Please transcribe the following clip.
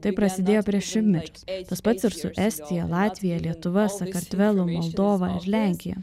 tai prasidėjo prieš šimtmečius tas pats ir su estija latvija lietuva sakartvelu moldova ir lenkija